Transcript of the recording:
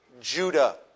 Judah